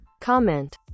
comment